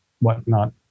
whatnot